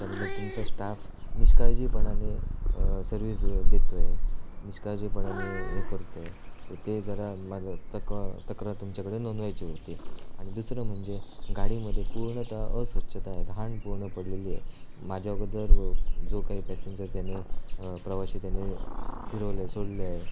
त्याबद्दल तुमचा स्टाफ निष्काळजीपणाने सर्विस देतो आहे निष्काळजीपणाने हे करतो आहे तं ते जरा माझं तकं तक्रार तुमच्याकडे नोंदवायची होती आणि दुसरं म्हणजे गाडीमध्ये पूर्णत अस्वच्छता आहे घाण पूर्ण पडलेली आहे माझ्या अगोदर व जो काही पॅसेंजर त्याने प्रवासी त्याने फिरवलं आहे सोडलं आहे